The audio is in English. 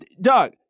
Doug